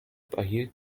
erhielt